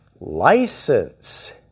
License